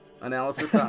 Analysis